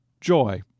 joy